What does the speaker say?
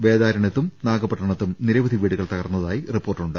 വേദാരണ്യത്തും നാഗപട്ടണത്തും നിരവധി വീടുകൾ തകർന്നതായി റിപ്പോർട്ടുണ്ട്